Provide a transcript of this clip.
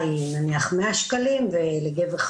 אבל כבר באפריל מה שיכולנו ומה